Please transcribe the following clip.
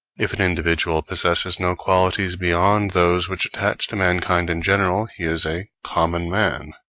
if an individual possesses no qualities beyond those which attach to mankind in general, he is a common man.